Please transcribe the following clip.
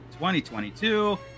2022